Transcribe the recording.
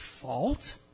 fault